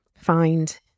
find